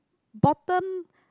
bottom